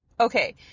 Okay